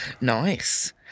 Nice